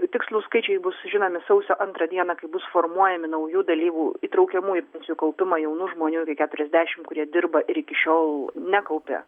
tikslūs skaičiai bus žinomi sausio antrą dieną kai bus formuojami naujų dalyvų įtraukiamų į pensijų kaupimą jaunų žmonių iki keturiasdešim kurie dirba ir iki šiol nekaupė